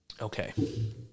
Okay